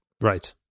right